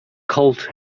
colt